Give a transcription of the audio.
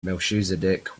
melchizedek